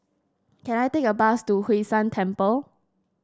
can I take a bus to Hwee San Temple